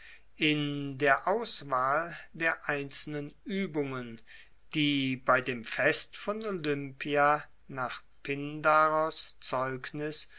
in der auswahl der einzelnen uebungen die bei dem fest von olympia nach pindaros zeugnis